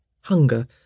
hunger